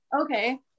okay